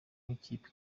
n’ikipe